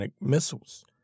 missiles